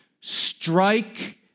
Strike